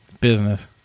Business